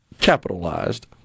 capitalized